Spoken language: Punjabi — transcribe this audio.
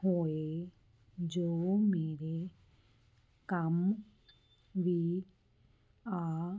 ਹੋਏ ਜੋ ਮੇਰੇ ਕੰਮ ਵੀ ਆ